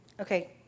okay